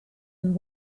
and